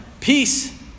peace